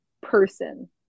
person